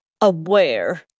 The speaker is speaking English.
aware